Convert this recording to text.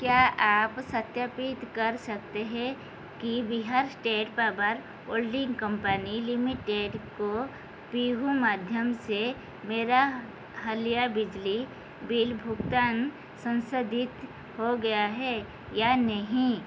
क्या आप सत्यापित कर सकते है कि Bihar state power holding company limited को पीहू माध्यम से मेरा हालिया बिजली बिल भुगतान संसाधित हो गया है या नहीं